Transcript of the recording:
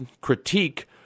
critique